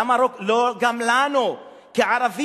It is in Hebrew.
למה לא גם לנו כערבים?